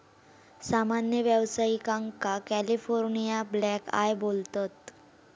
सामान्य व्यावसायिकांका California black eye बोलतत